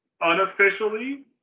unofficially